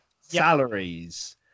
salaries